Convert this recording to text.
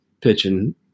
pitching